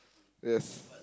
yes